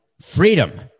Freedom